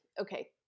okay